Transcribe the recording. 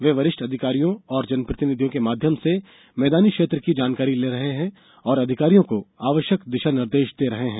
वे वरिष्ठ अधिकारियों और जनप्रतिनिधियों के माध्यम से मैदानी क्षेत्र की जानकारी ले रहे हैं और अधिकारियों को आवश्यक दिशा निर्देश दे रहे हैं